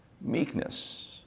meekness